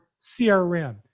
CRM